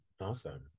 awesome